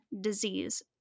disease